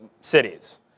cities